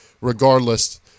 regardless –